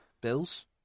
bills